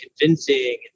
convincing